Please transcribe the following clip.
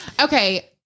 Okay